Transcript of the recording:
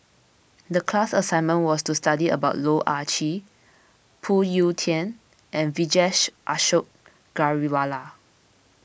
the class assignment was to study about Loh Ah Chee Phoon Yew Tien and Vijesh Ashok Ghariwala